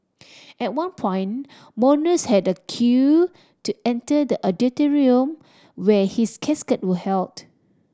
at one point mourners had queue to enter the where his casket was held